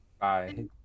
Bye